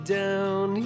down